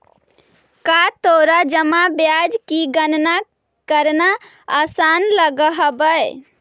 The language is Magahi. का तोरा जमा ब्याज की गणना करना आसान लगअ हवअ